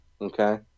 Okay